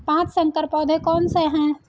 पाँच संकर पौधे कौन से हैं?